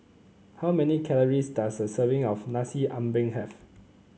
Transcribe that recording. how many calories does a serving of Nasi Ambeng have